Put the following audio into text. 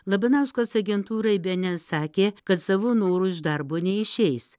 labanauskas agentūrai bns sakė kad savo noru iš darbo neišeis